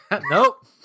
Nope